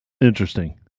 Interesting